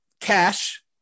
cash